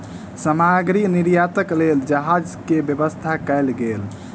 सामग्री निर्यातक लेल जहाज के व्यवस्था कयल गेल